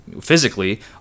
physically